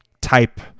type